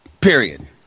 period